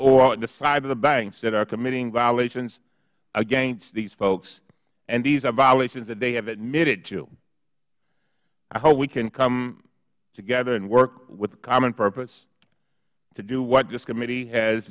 on the side of the banks that are committing violations against these folks and these are violations that they have admitted to i hope we can come together and work with a common purpose to do what this committee has